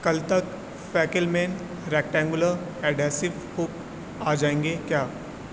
کل تک فیکلمین ریکٹینگولر اڈھیسو ہک آ جائیں گے کیا